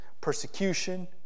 persecution